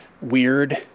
weird